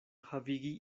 havigi